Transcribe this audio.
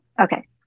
okay